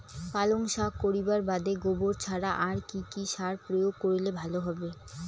পালং শাক করিবার বাদে গোবর ছাড়া আর কি সার প্রয়োগ করিলে ভালো হবে?